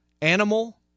Animal